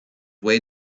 way